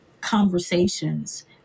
conversations